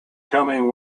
coming